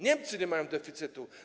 Niemcy nie mają deficytu.